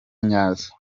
nyazo